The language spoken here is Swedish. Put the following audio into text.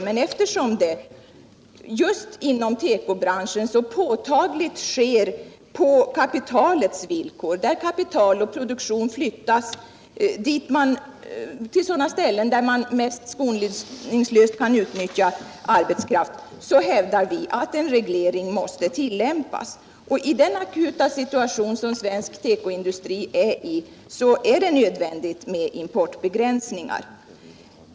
Men eftersom det här just inom tekobranschen så påtagligt sker på kapitalets villkor, genom att kapital och produktion flyttas till sådana ställen där man mest skoningslöst kan utnyttja arbetskraft, så hävdar vi att en reglering måste tillämpas. Och i den akuta situation som svensk tekoindustri befinner sig i är det nödvändigt med importbegränsningar.